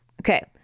okay